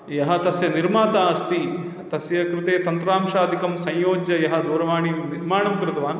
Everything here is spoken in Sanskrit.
यः तस्य निर्माता अस्ति तस्य कृते तन्त्रांशादिकं संयोज्य यः दूरवाणीं निर्माणं कृतवान्